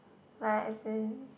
like as in